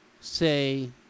say